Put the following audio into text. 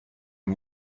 are